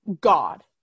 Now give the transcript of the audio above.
God